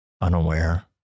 unaware